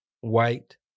white